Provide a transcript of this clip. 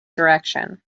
direction